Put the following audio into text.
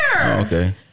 Okay